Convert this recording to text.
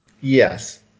Yes